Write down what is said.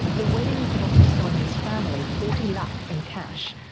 the wedding cost sonia's family forty lakh in cash,